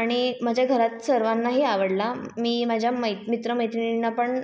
आणि माझ्या घरात सर्वांनाही आवडला मी माझ्या मै मित्रमैत्रिणींना पण